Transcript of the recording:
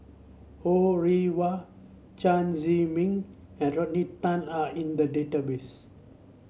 Ho Rih Hwa Chen Zhiming and Rodney Tan are in the database